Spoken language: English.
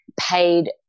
paid